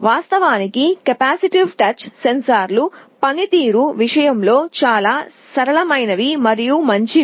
వాస్తవానికి capacitive touch సెన్సార్లు పనితీరు విషయంలో చాలా సరళమైనవి మరియు మంచివి